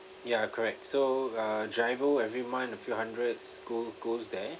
ya correct so uh GIRO every month a few hundreds go goes there